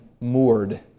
moored